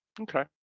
Okay